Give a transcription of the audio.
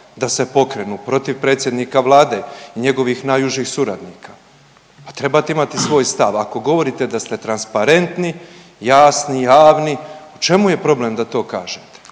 da se pokrenu protiv predsjednika Vlade i njegovih najužih suradnika, pa trebate imati svoj stav. Ako govorite da ste transparentni, jasni, javni, u čemu je problem da to kažete.